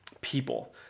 people